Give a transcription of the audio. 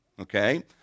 okay